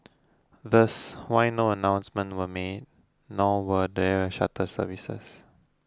thus why no announcements were made nor were there shuttle services